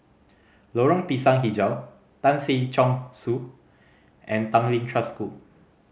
Lorong Pisang Hijau Tan Si Chong Su and Tanglin Trust School